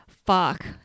fuck